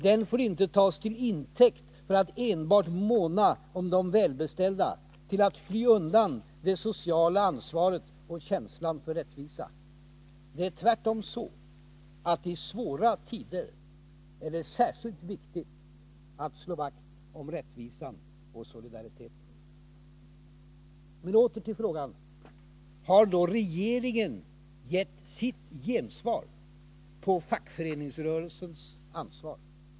Den får inte tas till intäkt för att enbart måna om de välbeställda, till att fly undan det sociala ansvaret och känslan för rättvisa. Det är tvärtom så att i svåra tider är det särskilt viktigt att slå vakt om rättvisan och solidariteten. Men åter till frågan: Har regeringen då gett sitt gensvar på fackföreningsrörelsens ansvar?